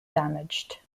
damaged